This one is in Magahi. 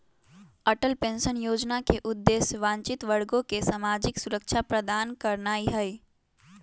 अटल पेंशन जोजना के उद्देश्य वंचित वर्गों के सामाजिक सुरक्षा प्रदान करनाइ हइ